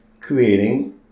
creating